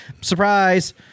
surprise